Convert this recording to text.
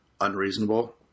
unreasonable